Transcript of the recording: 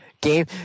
Game